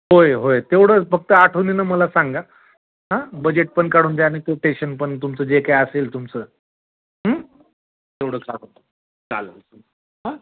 होय होय तेवढंच फक्त आठवणीनं मला सांगा बजेटपण काढून द्या आणि कोटेशनपण तुमचं जे काय असेल तुमचं तेवढं का चालेल हा